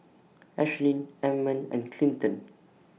Ashlynn Ammon and Clinton